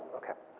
okay?